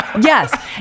Yes